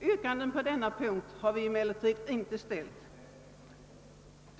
Vi har emellertid inte ställt något yrkande på denna punkt, utan den